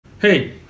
Hey